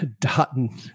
Dutton